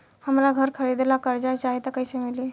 हमरा घर खरीदे ला कर्जा चाही त कैसे मिली?